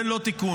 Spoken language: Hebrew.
זה לא תיקון,